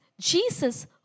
Jesus